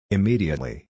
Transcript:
Immediately